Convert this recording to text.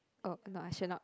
oh no I should not